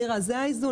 מירה, זה האיזון.